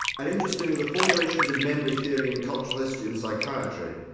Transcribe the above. and interestingly, the formulations of memory theory and cultural history and psychiatry,